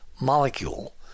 molecule